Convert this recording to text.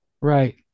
Right